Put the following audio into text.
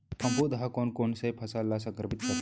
फफूंद ह कोन कोन से फसल ल संक्रमित करथे?